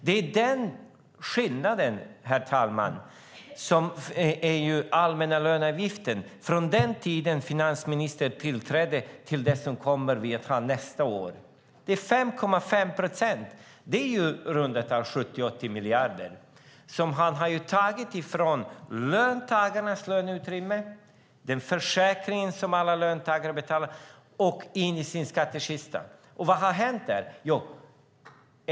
Det är denna skillnad, herr talman, som finns i den allmänna löneavgiften från den tid som finansministern tillträdde till det vi kommer att ha nästa år. Det är 5,5 procent, det vill säga i runda tal 70-80 miljarder som han har tagit från löntagarnas löneutrymme och den försäkring som alla löntagare betalar till och satt in dem i sin skattekista. Vad har hänt?